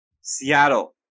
Seattle